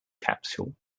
capsule